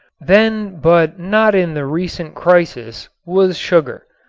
then but not in the recent crisis, was sugar.